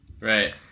right